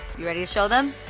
you ready to show them?